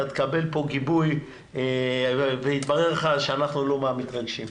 אתה תקבל פה גיבוי ויתברר לך שאנחנו לא מהמתרגשים,